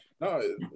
No